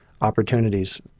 opportunities